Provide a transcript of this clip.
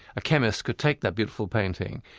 a chemist could take that beautiful painting,